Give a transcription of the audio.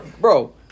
bro